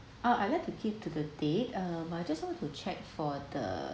uh I like to keep to the date uh but I just want to check for the